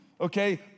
okay